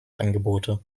angebote